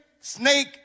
snake